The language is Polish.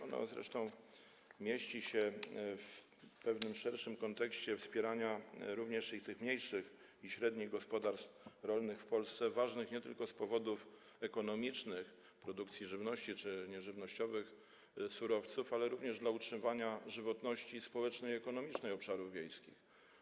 Ono zresztą mieści się w pewnym szerszym kontekście dotyczącym wspierania w Polsce również mniejszych i średnich gospodarstw rolnych, ważnych nie tylko z powodów ekonomicznych, produkcji żywności czy nieżywnościowych surowców, ale również dla utrzymywania żywotności społecznej i ekonomicznej obszarów wiejskich.